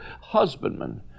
husbandmen